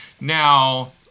Now